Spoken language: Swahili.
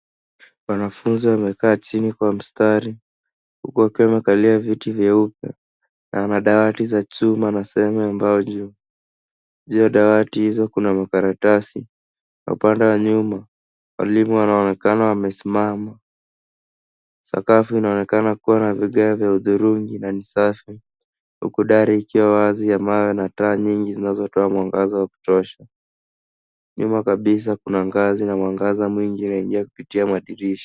Wanafunzi wamekaa chini kwa mstari, huku wakiwa wamekalia viti vyeupe, wana dawati za chuma na sehemu ya mbao juu. Juu ya dawati hizo kuna makaratasi, na upande wa nyuma walimu wanaonekana wamesimama. Sakafu inaonekana kuwa na vigae vya hudhurungi, na ni safi huku dari ikiwa wazi ya mawe, na taa nyingi zinazotoa mwangaza wa kutosha. Nyuma kabisa kuna ngazi na mwangaza mwingi unaingia kupitia madirisha.